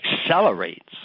accelerates